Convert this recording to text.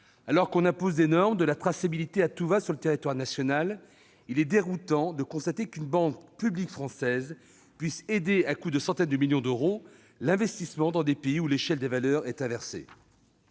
alors qu'on impose des normes de traçabilité à tout va sur le territoire national, il est déroutant de constater qu'une banque publique française peut aider à coups de centaines de millions d'euros l'investissement dans un pays où l'échelle des valeurs est inversée.